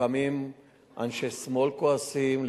לפעמים אנשי שמאל כועסים,